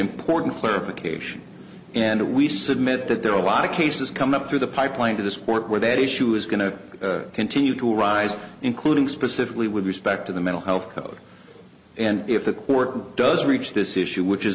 important clarification and we submit that there are a lot of cases come up through the pipeline to the sport where that issue is going to continue to rise including specifically with respect to the mental health code and if the court does reach this issue which is